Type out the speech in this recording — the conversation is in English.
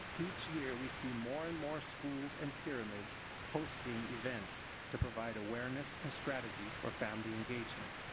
each year we see more and more schools and pyramids hosting events to provide awareness and strategy for family engagement.